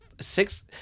six